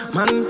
Man